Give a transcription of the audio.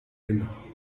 dinner